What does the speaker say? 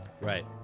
Right